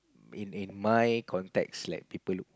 in in my context like people look